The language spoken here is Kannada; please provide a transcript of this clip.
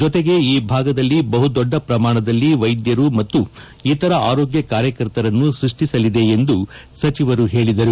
ಜೊತೆಗೆ ಈ ಭಾಗದಲ್ಲಿ ಬಹುದೊಡ್ಡ ಪ್ರಮಾಣದಲ್ಲಿ ವೈದ್ಯರು ಮತ್ತು ಇತರ ಆರೋಗ್ಯ ಕಾರ್ಯಕರ್ತರನ್ನು ಸೃಷ್ಟಿಸಲಿದೆ ಎಂದು ಸಚಿವರು ಹೇಳಿದರು